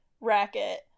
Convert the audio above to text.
Racket